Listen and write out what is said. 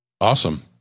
Awesome